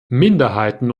minderheiten